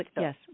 yes